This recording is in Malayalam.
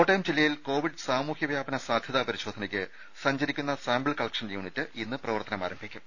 കോട്ടയം ജില്ലയിൽ കോവിഡ് സാമൂഹ്യ വ്യാപന സാധ്യതാ പരിശോധനക്ക് സഞ്ചരിക്കുന്ന സാമ്പിൾ കളക്ഷൻ യൂണിറ്റ് ഇന്ന് പ്രവർത്തനം ആരംഭിക്കും